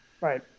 Right